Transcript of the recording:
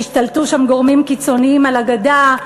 ישתלטו שם גורמים קיצוניים על הגדה,